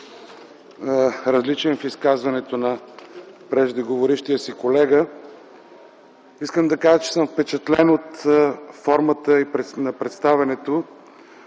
по-различен от изказването на преждеговорившия си колега. Искам да кажа, че съм впечатлен от формата на представянето